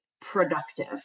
productive